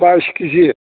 बाइस केजि